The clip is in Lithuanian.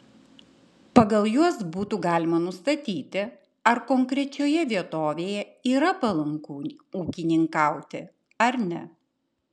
pagal juos būtų galima nustatyti ar konkrečioje vietovėje yra palanku ūkininkauti ar ne